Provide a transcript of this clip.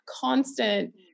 constant